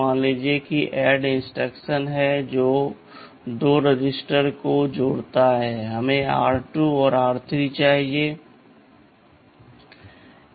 मान लीजिए कि एक ADD इंस्ट्रक्शन है जो 2 रजिस्टरों को जोड़ता है हमें r2 और r3 कहते हैं